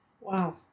Wow